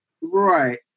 right